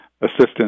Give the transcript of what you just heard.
assistance